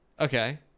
okay